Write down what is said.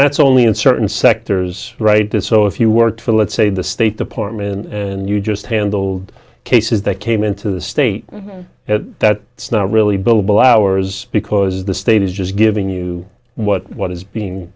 that's only in certain sectors right there so if you were to let's say the state department and you just handled cases that came into the state that it's not really bilbo hours because the state is just giving you what what is being